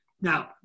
Now